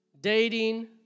Dating